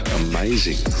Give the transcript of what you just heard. amazing